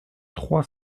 trois